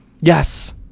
Yes